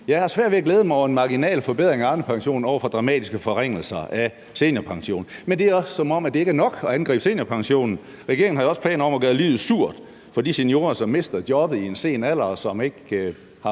Jeg har svært ved at glæde mig over en marginal forbedring af Arnepensionen over for dramatiske forringelser af seniorpensionen, men det er også, som om det ikke er nok at angribe seniorpensionen. Regeringen har jo også planer om at gøre livet surt for de seniorer, som mister jobbet i en sen alder, og som ikke har